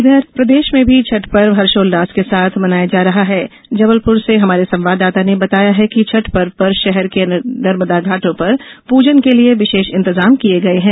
इघर प्रदेश में भी छठ पर्व हर्षोल्लास के साथ मनाया जा रहा है जबलपुर से हमारे संवाददाता ने बताया है कि छठ पर्व पर शहर के नर्मदा घाटों पर पूजन के लिये विशेष इंतजाम किये गए हैं